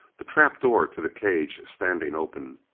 the trap door to the cage standing open.